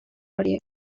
horiek